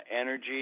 energy